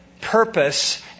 purpose